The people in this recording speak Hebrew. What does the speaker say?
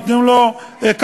נותנים לו כרטיס,